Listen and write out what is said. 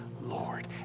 Lord